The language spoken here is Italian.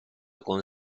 con